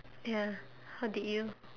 ya or did you